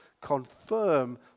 confirm